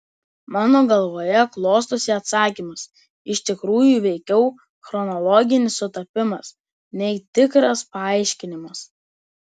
mano galvoje klostosi atsakymas iš tikrųjų veikiau chronologinis sutapimas nei tikras paaiškinimas